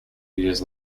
years